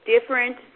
different